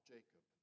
Jacob